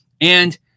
And-